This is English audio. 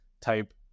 type